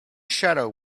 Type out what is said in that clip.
shadow